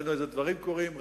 ראינו איזה דברים קורים,